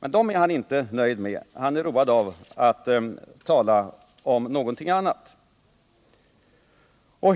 men dem är Ingvar Carlsson inte nöjd med. Han är road av att tala om något annat.